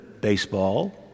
baseball